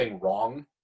wrong